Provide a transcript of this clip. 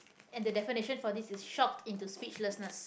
and the definition for this is shocked into speechlessness